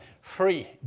free